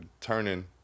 turning